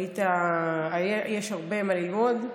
יש הרבה מה ללמוד.